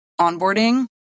onboarding